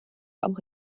auch